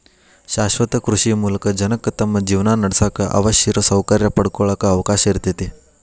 ಶಾಶ್ವತ ಕೃಷಿ ಮೂಲಕ ಜನಕ್ಕ ತಮ್ಮ ಜೇವನಾನಡ್ಸಾಕ ಅವಶ್ಯಿರೋ ಸೌಕರ್ಯ ಪಡ್ಕೊಳಾಕ ಅವಕಾಶ ಇರ್ತೇತಿ